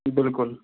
بِلکُل